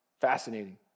Fascinating